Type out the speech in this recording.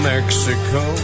Mexico